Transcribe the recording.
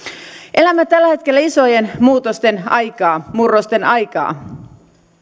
elämme tällä hetkellä isojen muutosten aikaa murrosten aikaa